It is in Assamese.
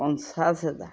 পঞ্চাছ হেজাৰ